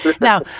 Now